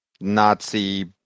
Nazi